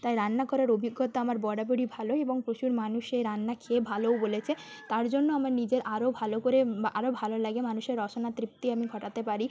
তাই রান্না করার অভিজ্ঞতা আমার বরাবরই ভালো এবং প্রচুর মানুষে রান্না খেয়ে ভালোও বলেছে তার জন্য আমার নিজের আরও ভালো করে বা আরও ভালো লাগে মানুষের রসনা তৃপ্তি আমি ঘটাতে পারি